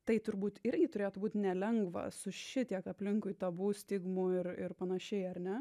tai turbūt irgi turėtų būt nelengva su šitiek aplinkui tabu stigmų ir ir panašiai ar ne